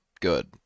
good